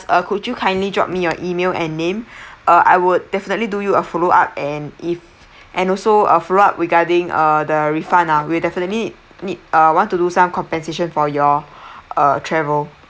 uh could you kindly drop me your email and name uh I would definitely do you a follow up and if and also uh follow up regarding uh the refund ah we'll definitely need uh want to do some compensation for your uh travel